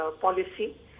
policy